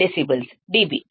8 dB